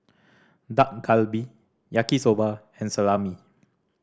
Dak Galbi Yaki Soba and Salami